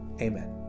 Amen